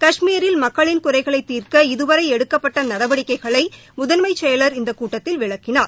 கஷ்மீரில் மக்களின் குறைகளைத் தீர்க்க இதுவரைஎடுக்கப்பட்டநடவடிக்கைகளைமுதன்மைசெயலாளர் இந்தகூட்டத்தில் விளக்கினார்